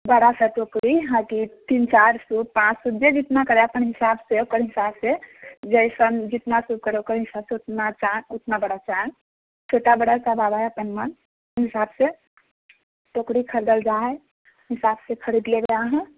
बड़ा सा टोकरी हँ तीन तीन चारि सूप पाँच सूप जे जितना करय अपन हिसाबसँ ओकर हिसाबसँ जइसन जितना सूप करब ओकर हिसाबसँ उतना चान उतना बड़ा चान छोटा बड़ासभ आबैत हइ चानमे ओ हिसाबसँ टोकरी खरीदल जाइत हइ ओ हिसाबसँ खरीद लैबे अहाँ